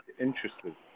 interested